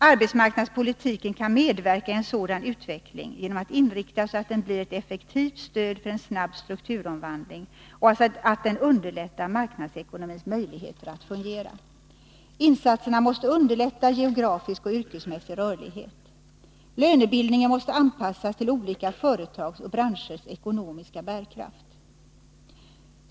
Arbetsmarknadspolitiken kan medverka i en sådan utveckling genom att inriktas så att den blir ett effektivt stöd för en snabb strukturomvandling och så att den underlättar marknadsekonomins möjligheter att fungera. Insatserna måste underlätta geografisk och yrkesmässig rörlighet. Lönebildningen måste anpassas till olika företags och branschers ekonomiska bärkraft.